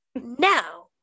Now